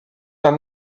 dans